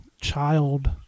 child